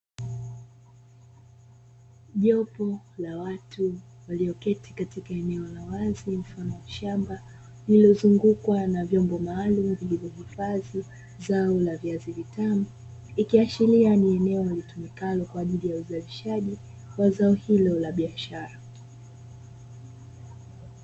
Jopo la watu walioketi katika eneo la wazi mfano wa shamba lililozungukwa na vyombo maalumu vilivyohifadhi zao la viazi vitamu, ikiashiria ni eneo litumikalo kwa ajili ya uzalishaji wa zao hilo la biashara.